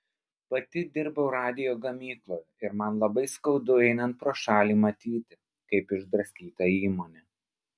pati dirbau radijo gamykloje ir man labai skaudu einant pro šalį matyti kaip išdraskyta įmonė